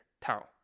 Tau